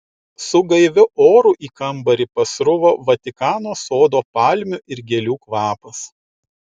su gaiviu oru į kambarį pasruvo vatikano sodo palmių ir gėlių kvapas